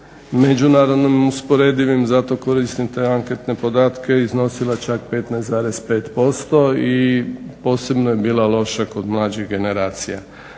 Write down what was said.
međunarodno usporedivim zato koristim te anketne podatke, iznosila čak 15,5% i posebno je bila loša kod mlađih generacija.